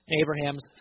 Abraham's